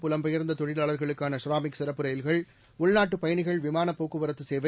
புலம்பெயர்ந்ததொழிலாளர்களுக்கானஷெராமிக் சிறப்பு ரயில்கள் உள்நாட்டுபயணிகள் விமானப் போக்குவரத்துசேவை